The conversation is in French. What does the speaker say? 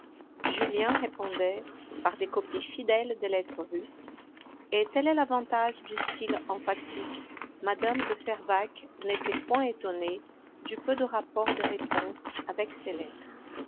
julien répondait par des copies fidèles des lettres russes et tel est l'avantage du style emphatique mme de fervaques n'était point étonnée du peu de rapport des réponses avec ses lettres